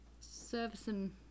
servicing